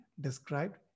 described